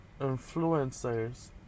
influencers